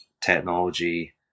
technology